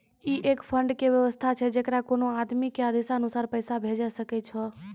ई एक फंड के वयवस्था छै जैकरा कोनो आदमी के आदेशानुसार पैसा भेजै सकै छौ छै?